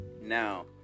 now